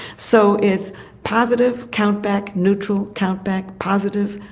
so it's positive, count back, neutral, count back, positive,